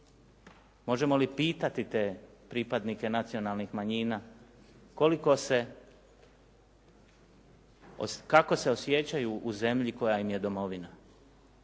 Možemo li pitati te pripadnike nacionalnih manjina koliko se, kako se osjećaju u zemlji koja im je domovina.